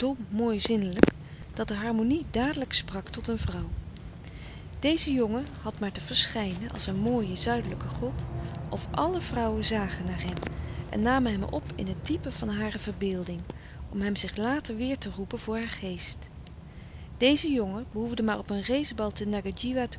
mooi zinnelijk dat de harmonie dadelijk sprak tot een vrouw deze jongen had maar te verschijnen als een mooie zuidelijke god of alle vrouwen zagen naar hem en namen hem op in het diepe van hare verbeelding om hem zich later weêr te roepen voor haar geest deze jongen behoefde maar op een race bal